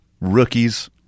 rookies-